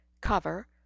cover